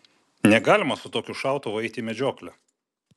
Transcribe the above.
negalima su tokiu šautuvu eiti į medžioklę